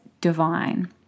divine